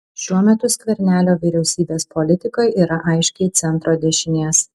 šiuo metu skvernelio vyriausybės politika yra aiškiai centro dešinės